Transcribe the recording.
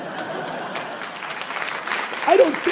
i don't